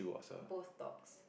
both dogs